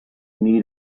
need